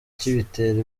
kibitera